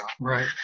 right